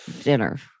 dinner